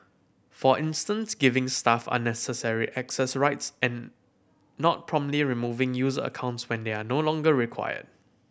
for instance giving staff unnecessary access rights and not promptly removing user accounts when they are no longer required